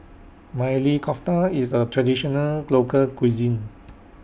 Maili Kofta IS A Traditional Local Cuisine